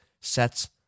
sets